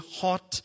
hot